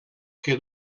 que